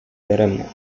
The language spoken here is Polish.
daremne